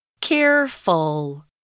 Careful